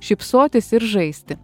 šypsotis ir žaisti